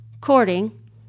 Courting